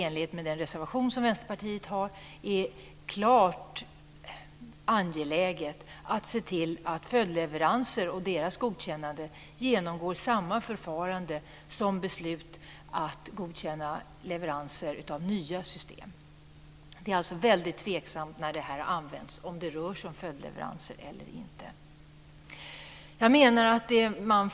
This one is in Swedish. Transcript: Enligt den reservation som Vänsterpartiet har avgett är det angeläget att se till att ett godkännande av följdleveranser genomgår samma förfarande som gäller för beslut att godkänna leveranser av nya system. Det är alltså väldigt tveksamt om det rör sig om följdleveranser eller inte.